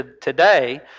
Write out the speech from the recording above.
today